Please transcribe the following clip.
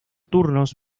turnos